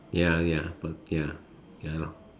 ya ya but ya ya lor